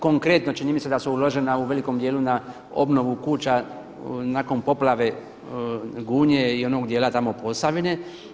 Konkretno čini mi se da su uložena u velikom dijelu na obnovu kuća nakon poplave Gunje i onog dijela tamo Posavine.